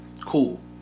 Cool